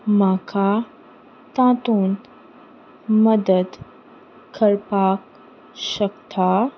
म्हाका तातूंत मदत करपाक शकता